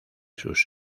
sus